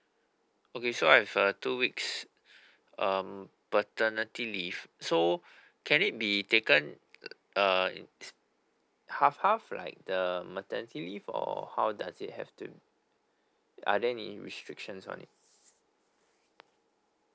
okay so I have uh two weeks um paternity leave so can it be taken err half half like the maternity leave or how does it have to are there any restrictions on it